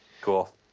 Cool